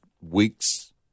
weeks